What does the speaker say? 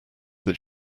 that